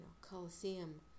Colosseum